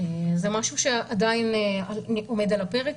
זה משהו שעדיין עומד על הפרק.